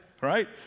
right